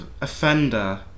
offender